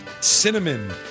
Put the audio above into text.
cinnamon